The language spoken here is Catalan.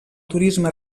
turisme